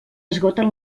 esgoten